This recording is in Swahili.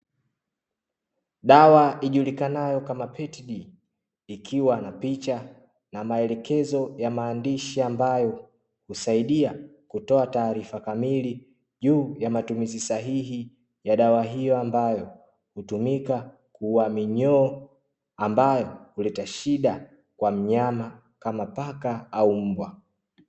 Dawa ijulikanayo kama "petd" ikiwa na picha na maelekezo ya maandishi ambayo husaidia kutoa taarifa kamili juu ya matumizi sahihi ya dawa hiyo, ambayo hutumika kuuwa minyoo ambayo huleta shida kwa mnyama kama paka au mbwa.